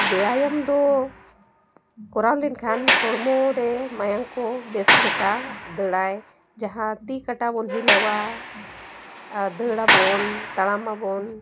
ᱵᱮᱭᱟᱭᱟᱢ ᱫᱚ ᱠᱚᱨᱟᱣ ᱞᱮᱱ ᱠᱷᱟᱱ ᱦᱚᱲᱢᱚ ᱨᱮ ᱢᱟᱭᱟᱝ ᱠᱚ ᱵᱮᱥ ᱞᱮᱠᱟ ᱫᱟᱹᱲᱟᱭ ᱡᱟᱦᱟᱸ ᱛᱤ ᱠᱟᱴᱟ ᱵᱚᱱ ᱦᱤᱞᱟᱹᱣᱟ ᱟᱨ ᱫᱟᱹᱲ ᱟᱵᱚᱱ ᱛᱟᱲᱟᱢᱟᱵᱚᱱ